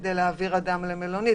כדי להעביר אדם למלונית,